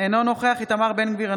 אינו נוכח איתמר בן גביר,